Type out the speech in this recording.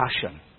passion